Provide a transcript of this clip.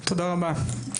תודה רבה.